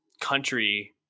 country